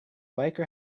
biker